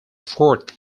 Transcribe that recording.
forth